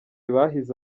bahize